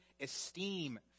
esteem